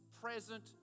present